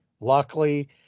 luckily